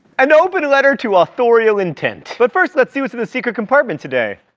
an open letter to authorial intent. but first, let's see what's in the secret compartment today.